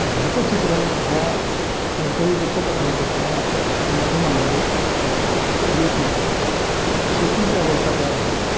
ह्याचं चित्रण ह्या कोणत्याही वृत्तपत्रांमध्ये किंवा माध्यमांमध्ये येत नाही शेतीची अवस्था काय आहे